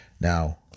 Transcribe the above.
Now